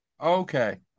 Okay